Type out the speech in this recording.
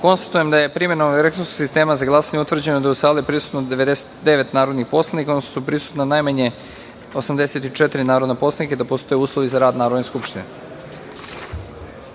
glasanje. Konstatujem da je, primenom elektronskog sistema za glasanje, utvrđeno da je u sali prisutno 99 narodnih poslanika, odnosno da su prisutna najmanje 84 narodna poslanika i da postoje uslovi za rad Narodne skupštine. Na